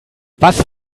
was